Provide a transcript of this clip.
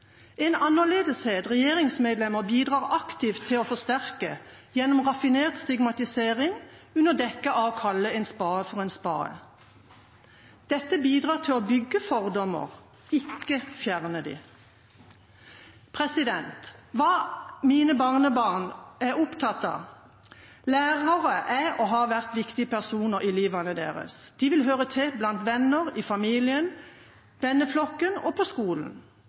en annerledeshet regjeringsmedlemmer bidrar aktivt til å forsterke gjennom raffinert stigmatisering under dekke av å kalle en spade for en spade. Dette bidrar til å bygge fordommer, ikke fjerne dem. Hva mine barnebarn er opptatt av: Lærere er og har vært viktige personer i mine barnebarns liv. De vil høre til blant venner, i familien, i venneflokken og på skolen.